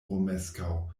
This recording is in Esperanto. romeskaŭ